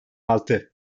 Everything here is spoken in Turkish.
altı